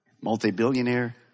Multi-billionaire